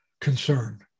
concern